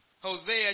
Hosea